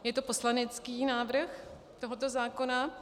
Je to poslanecký návrh tohoto zákona.